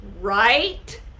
Right